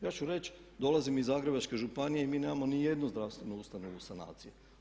Ja ću reći, dolazim iz Zagrebačke županije i mi nemamo nijednu zdravstvenu ustanovu u sanaciji.